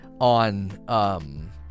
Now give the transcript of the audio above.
on